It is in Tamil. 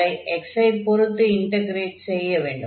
அதை x ஐ பொருத்து இன்டக்ரேட் செய்யவேண்டும்